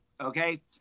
Okay